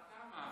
עד כמה?